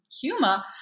humor